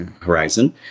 horizon